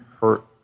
hurt